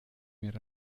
mehr